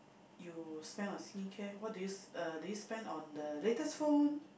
you spend on skincare what do you s~ (uh)do you spend on the latest phone